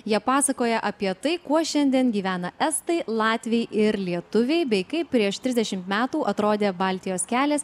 jie pasakoja apie tai kuo šiandien gyvena estai latviai ir lietuviai bei kaip prieš trisdešimt metų atrodė baltijos kelias